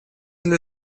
для